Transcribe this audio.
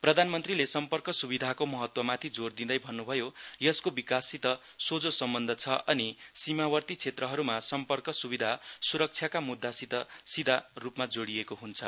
प्रधानमन्त्रीले सम्पर्क सुविधाको महत्वमाथि जोर दिँदै भन्न्भयो यसको विकाससित सोझो सम्बन्ध छ अनि सीमावर्ती क्षेत्रहरूमा सम्पर्क सुविधा सुरक्षाका मुद्दासित सीधा रूपमा जोडिएको हन्छ